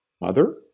mother